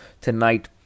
tonight